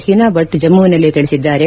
ಹಿನಾಭಟ್ ಜಮ್ಮವಿನಲ್ಲಿ ತಿಳಿಸಿದ್ದಾರೆ